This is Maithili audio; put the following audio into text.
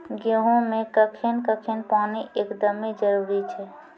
गेहूँ मे कखेन कखेन पानी एकदमें जरुरी छैय?